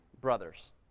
brothers